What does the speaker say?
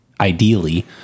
ideally